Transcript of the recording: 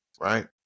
Right